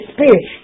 Spirit